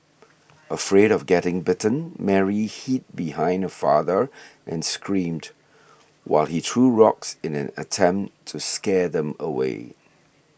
afraid of getting bitten Mary hid behind her father and screamed while he threw rocks in an attempt to scare them away